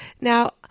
Now